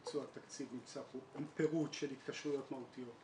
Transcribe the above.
ביצוע התקציב נמצא פה עם פירוט של התקשרויות מהותיות,